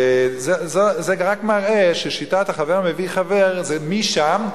זה רק מראה ששיטת ה"חבר מביא חבר" זה משם.